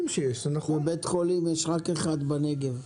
בית חולים יש רק אחד בנגב,